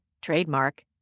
trademark